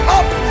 up